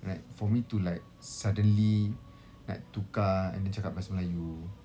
like for me to like suddenly like tukar and then cakap bahasa melayu